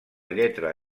lletra